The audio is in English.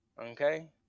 okay